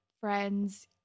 friends